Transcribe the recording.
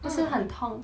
mm